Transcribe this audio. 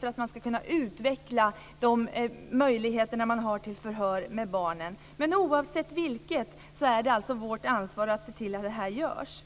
för att man ska kunna utveckla de möjligheter som finns till förhör med barn. Oavsett vilket är det vårt ansvar att se till att detta görs.